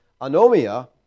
anomia